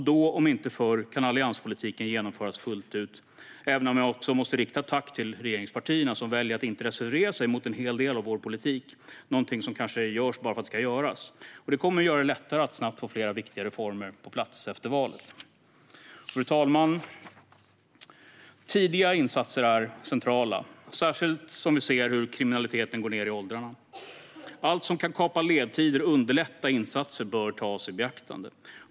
Då, om inte förr, kan allianspolitiken genomföras fullt ut, även om jag också måste rikta ett tack till regeringspartierna som väljer att inte reservera sig mot en hel del av vår politik, något som kanske ofta görs bara för att det ska göras. Det kommer att göra det lättare att snabbt få flera viktiga reformer på plats efter valet. Fru talman! Tidiga insatser är centrala, särskilt som vi ser hur kriminaliteten går ned i åldrarna. Allt som kan kapa ledtider och underlättar insatser bör tas i beaktande.